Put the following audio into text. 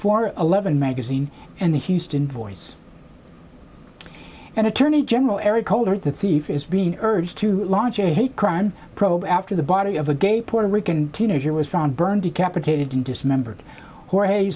for eleven magazine and the houston voice and attorney general eric holder the thief is being urged to launch a hate crime probe after the body of a gay puerto rican teenager was found burned decapitated and dismembered